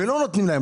ולא נותנים להם.